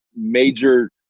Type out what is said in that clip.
major